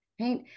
right